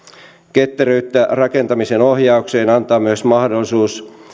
ketteryyttä rakentamisen ohjaukseen antaa myös mahdollisuus